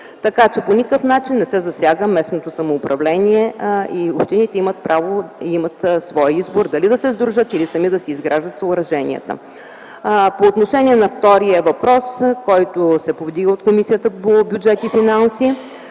Така по никакъв начин не се засяга местното самоуправление и общините имат право и имат своя избор дали да се сдружат или сами да си изграждат съоръженията. По отношение на втория въпрос, който се повдига от Комисията по бюджет и финанси,